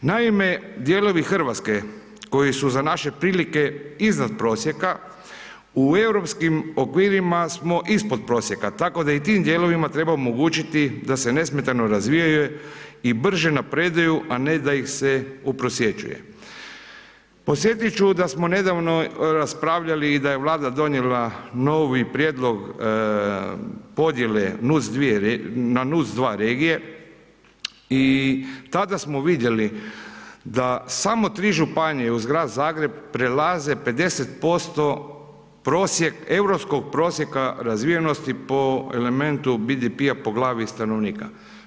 Naime, dijelovi Hrvatske, koji su za naše prilike iznad prosijeku, u europskim okvirima smo ispod prosjeka, tako da i u tim dijelovima treba omogućiti da se nesmetano razvijaju i brže napredaju a ne da ih se … Podsjetiti ću da smo nedavno raspravljali i da je vlada donijela novi prijedlog podjele na NUC2 regije i tada smo vidjeli da samo 3 županije uz Grad Zagreb prelaze 50% prosjek, europskog prosjeka razvijenosti po elementu BDP-a po glavi stanovnika.